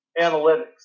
analytics